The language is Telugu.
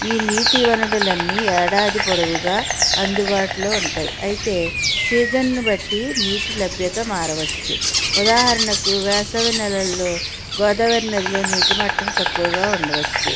ఈ నీటి వనరులన్నీ ఏడాది పొడవుగా అందుబాటులో ఉంటాయి అయితే సీజన్ను బట్టి నీటి లభ్యత మారవచ్చు ఉదాహరణకు వేసవి నెలల్లో గోదావరి నదిలో నీటిమట్టం తక్కువగా ఉండవచ్చు